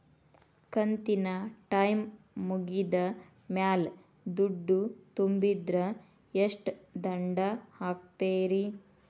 ಕಂತಿನ ಟೈಮ್ ಮುಗಿದ ಮ್ಯಾಲ್ ದುಡ್ಡು ತುಂಬಿದ್ರ, ಎಷ್ಟ ದಂಡ ಹಾಕ್ತೇರಿ?